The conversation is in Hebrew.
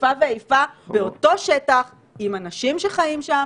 איפה ואיפה באותו שטח עם אנשים שחיים שם